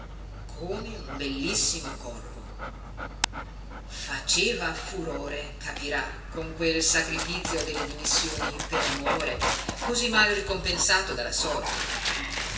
come un bellissimo corvo faceva furore capirà con quel sacrifizio delle dimissioni per amore così mal ricompensato dalla sorte